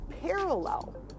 parallel